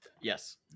Yes